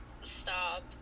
Stop